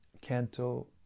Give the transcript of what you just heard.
canto